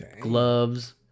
gloves